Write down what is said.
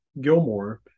Gilmore